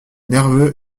nerveux